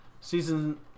season